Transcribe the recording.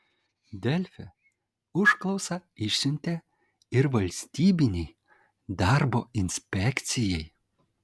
delfi užklausą išsiuntė ir valstybinei darbo inspekcijai